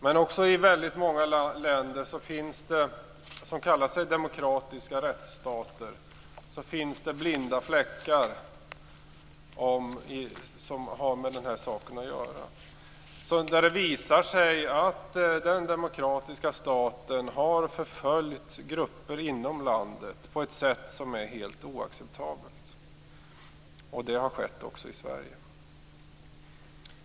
Men i väldigt många länder som kallar sig demokratiska rättsstater finns det också blinda fläckar, som har med den här saken att göra. Det visar sig att demokratiska stater har förföljt grupper inom landet på ett sätt som är helt oacceptabelt. Det har skett också i Sverige.